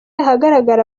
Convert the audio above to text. ahagaragara